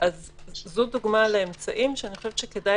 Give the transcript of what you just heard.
אז זו דוגמה לאמצעים שאני חושבת שכדאי